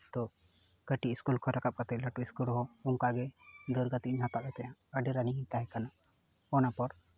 ᱛᱳ ᱠᱟᱹᱴᱤᱡ ᱥᱠᱩᱞ ᱠᱷᱚᱱ ᱨᱟᱠᱟᱵ ᱠᱟᱛᱮᱫ ᱞᱟᱹᱴᱩ ᱥᱠᱩᱞ ᱨᱮᱦᱚᱸ ᱚᱱᱠᱟ ᱜᱮ ᱫᱟᱹᱲ ᱠᱟᱛᱮᱫ ᱤᱧ ᱦᱟᱛᱟᱣ ᱮᱸᱜ ᱛᱟᱦᱮᱱᱟ ᱟᱹᱰᱤ ᱨᱟᱹᱜᱤ ᱜᱤᱧ ᱛᱟᱦᱮᱸ ᱠᱟᱱᱟ ᱚᱱᱟ ᱯᱚᱨ